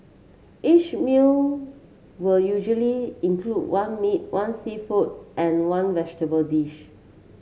each meal will usually include one meat one seafood and one vegetable dish